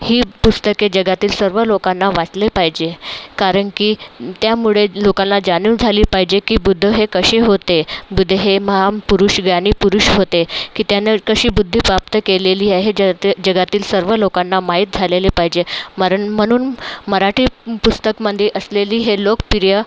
ही पुस्तके जगातील सर्व लोकांना वाचले पाहिजे कारण की त्यामुळे लोकांना जाणीव झाली पाहिजे की बुद्ध हे कसे होते बुद्ध हे महापुरुष ज्ञानी पुरुष होते की त्यानं कशी बुद्धी प्राप्त केलेली आहे जर ते जगातील सर्व लोकांना माहीत झालेले पाहिजे मरण म्हणून मराठी पुस्तकमध्ये असलेली हे लोकप्रिय